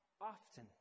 often